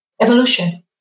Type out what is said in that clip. evolution